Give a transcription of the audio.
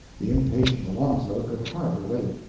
the impatient alonzo could hardly wait.